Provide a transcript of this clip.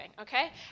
okay